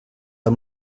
amb